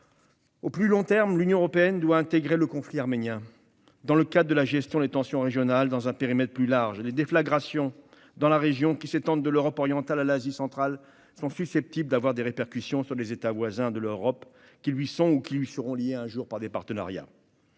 À plus long terme, l'Union européenne doit inclure le conflit arménien dans le cadre de la gestion des tensions régionales, dans un périmètre plus large. Les déflagrations de cette région, qui s'étendent de l'Europe orientale à l'Asie centrale, sont susceptibles d'avoir des répercussions sur des États voisins de l'Union européenne qui lui sont ou lui seront liés un jour par des partenariats.